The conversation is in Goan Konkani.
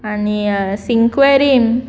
आनी शिकेरी